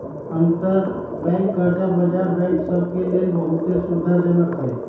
अंतरबैंक कर्जा बजार बैंक सभ के लेल बहुते सुविधाजनक हइ